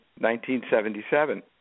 1977